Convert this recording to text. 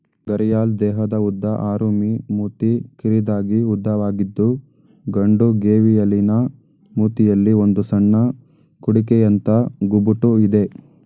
ಘರಿಯಾಲ್ ದೇಹದ ಉದ್ದ ಆರು ಮೀ ಮೂತಿ ಕಿರಿದಾಗಿ ಉದ್ದವಾಗಿದ್ದು ಗಂಡು ಗೇವಿಯಲಿನ ಮೂತಿಯಲ್ಲಿ ಒಂದು ಸಣ್ಣ ಕುಡಿಕೆಯಂಥ ಗುಬುಟು ಇದೆ